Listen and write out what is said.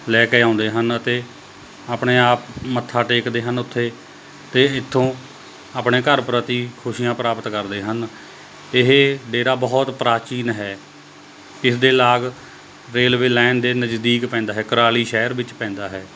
ਲੈ ਕੇ ਆਉਂਦੇ ਹਨ ਅਤੇ ਆਪਣੇ ਆਪ ਮੱਥਾ ਟੇਕਦੇ ਹਨ ਉੱਥੇ ਅਤੇ ਇੱਥੋਂ ਆਪਣੇ ਘਰ ਪ੍ਰਤੀ ਖੁਸ਼ੀਆਂ ਪ੍ਰਾਪਤ ਕਰਦੇ ਹਨ ਇਹ ਡੇਰਾ ਬਹੁਤ ਪ੍ਰਾਚੀਨ ਹੈ ਇਸ ਦੇ ਲਾਗ ਰੇਲਵੇ ਲਾਈਨ ਦੇ ਨਜ਼ਦੀਕ ਪੈਂਦਾ ਹੈ ਕਰਾਲੀ ਸ਼ਹਿਰ ਵਿੱਚ ਪੈਂਦਾ ਹੈ